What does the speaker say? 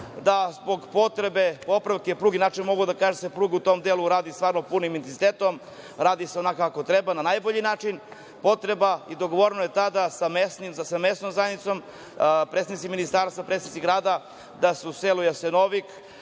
da zbog potrebe popravke pruge, inače mogu da kažem da se pruga u tom delu radi stvarno punim intenzitetom, radi se onako kako treba, na najbolji način, dogovoreno je tada sa mesnom zajednicom, predstavnici ministarstva i predstavnici grada, da se u selu Jasenovik